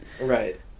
Right